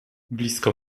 blisko